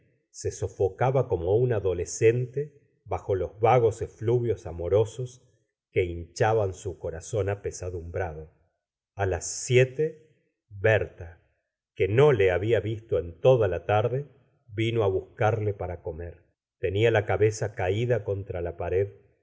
se sofocaba como un adolescente bajo los vagos efluvios amorosos que hinchaban su corazón apesadumbrado a bs siete berta que no le babia visto en toda la tarde vino á buscarle para comer tenia la ca beza caída contra la pared